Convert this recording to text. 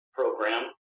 program